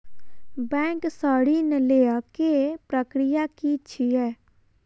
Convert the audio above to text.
Bank सऽ ऋण लेय केँ प्रक्रिया की छीयै?